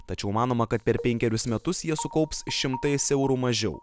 tačiau manoma kad per penkerius metus jie sukaups šimtais eurų mažiau